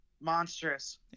Monstrous